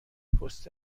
پست